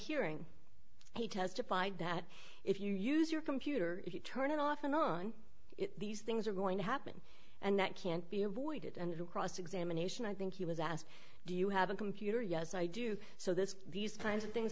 hearing he testified that if you use your computer if you turn it off and on these things are going to happen and that can't be avoided and cross examination i think he was asked do you have a computer yes i do so this these kinds of things